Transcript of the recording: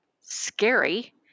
scary